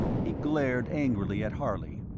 he glared angrily at harley.